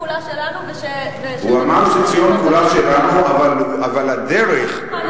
אבל הוא גם אמר שציון כולה שלנו, ושזה יום פקודה.